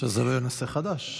שזה לא יהיה נושא חדש.